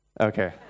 Okay